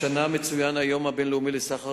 השנה מצוין היום הבין-לאומי למניעת סחר